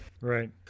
right